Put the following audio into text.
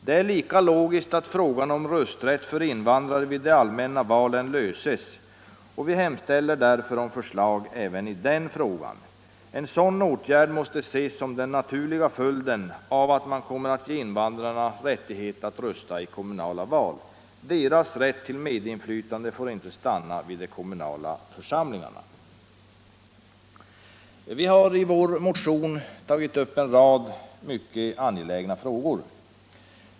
Det är lika logiskt att frågan om rösträtt för invandrare vid de allmänna valen löses, och vi hemställer därför om förslag även i den frågan. En sådan åtgärd måste ses som den naturliga följden av att man kommer att ge invandrarna rättighet att rösta i kommunala val. Deras rätt till medinflytande får inte stanna vid de kommunala församlingarna. Vi har i vår motion tagit upp en rad mycket angelägna frågor.